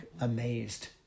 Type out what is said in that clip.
amazed